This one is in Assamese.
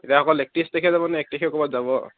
এতিয়া অকল একত্ৰিছ যাবনে এক তাৰিখে ক'ৰবাত যাব